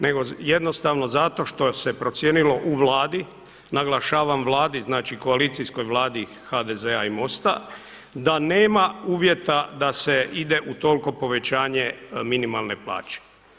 Nego jednostavno zato što se procijenilo u Vladi naglašavam Vladi, znači koalicijskoj Vladi HDZ-a i Mosta, da nema uvjeta da se ide u toliko povećanje minimalne plaće.